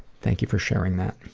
thank you for sharing that.